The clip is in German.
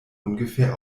ungefähr